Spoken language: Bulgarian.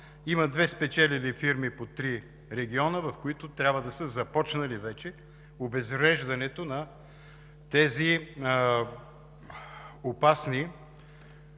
има две спечелили фирми по три региона, в които трябва вече да са започнали обезвреждането на тези опасни,